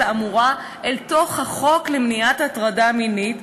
האמורה אל תוך החוק למניעת הטרדה מינית,